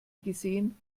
gesehen